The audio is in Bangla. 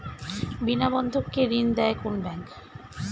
বিনা বন্ধক কে ঋণ দেয় কোন ব্যাংক?